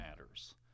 matters